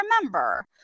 remember